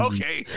Okay